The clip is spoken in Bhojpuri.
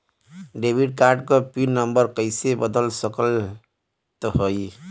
डेबिट कार्ड क पिन नम्बर कइसे बदल सकत हई?